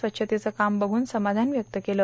स्वच्छतेचं खामं बपून समाधान व्यक्त केलं